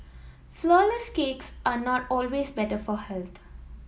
flourless cakes are not always better for health